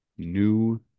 New